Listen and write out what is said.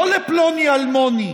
לא לפלוני-אלמוני